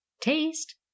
taste